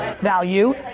value